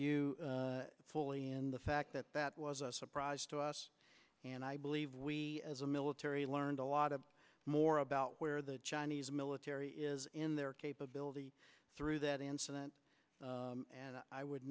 you fully in the fact that that was a surprise to us and i believe we as a military learned a lot of more about where the chinese military is in their capability through that incident and i would